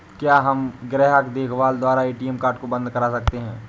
क्या हम ग्राहक देखभाल द्वारा ए.टी.एम कार्ड को बंद करा सकते हैं?